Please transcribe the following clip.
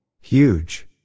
Huge